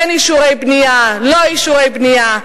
כן אישורי בנייה לא אישורי בנייה,